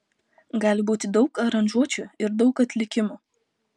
gali būti daug aranžuočių ir daug atlikimų